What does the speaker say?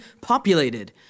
populated